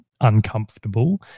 uncomfortable